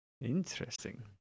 Interesting